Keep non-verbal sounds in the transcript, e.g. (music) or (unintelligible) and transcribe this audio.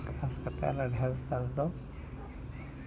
(unintelligible) ᱰᱷᱮᱨ ᱛᱟᱞ ᱫᱚ